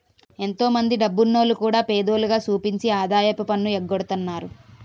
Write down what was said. ఎంతో మందో డబ్బున్నోల్లు కూడా పేదోల్లుగా సూపించి ఆదాయపు పన్ను ఎగ్గొడతన్నారు